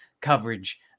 coverage